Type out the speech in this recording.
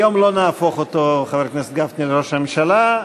היום לא נהפוך אותו, חבר הכנסת גפני, לראש הממשלה.